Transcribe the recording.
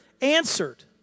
answered